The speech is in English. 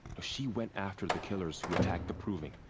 she went after the killers who attacked the proving.